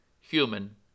human